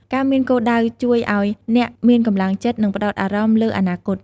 ការមានគោលដៅជួយឲ្យអ្នកមានកម្លាំងចិត្ត និងផ្តោតអារម្មណ៍លើអនាគត។